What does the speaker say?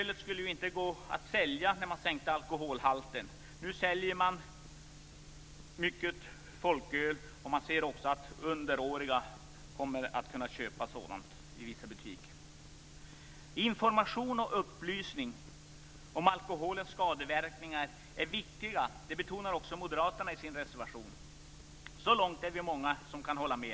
Det skulle ju inte gå att sälja folkölet när alkoholhalten sänktes. Nu säljs det ändå mycket folköl. I vissa butiker kommer folköl att kunna köpas av underåriga. Att information och upplysning om alkoholens skadeverkningar är viktigt betonas också i moderaternas reservation. Så långt kan många av oss hålla med.